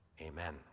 Amen